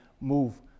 move